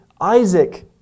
Isaac